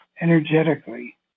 energetically